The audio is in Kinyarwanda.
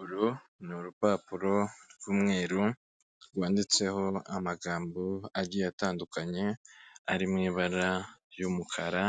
Uru ni urupapuro rw'umweru, rwanditseho amagambo agiye atandukanye, ari mu ibara ry'umukara,